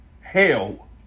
hell